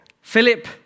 Philip